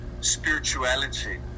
spirituality